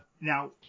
now